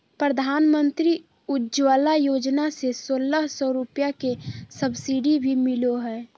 प्रधानमंत्री उज्ज्वला योजना से सोलह सौ रुपया के सब्सिडी भी मिलो हय